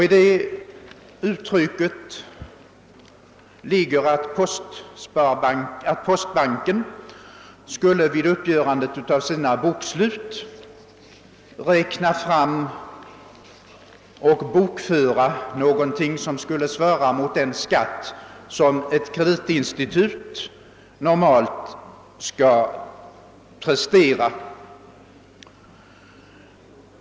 I det uttrycket ligger att postbanken vid uppgörandet av sina bokslut skall räkna fram och bokföra vad som svarar mot den skatt som ett kreditinstitut normalt skall erlägga.